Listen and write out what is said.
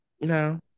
No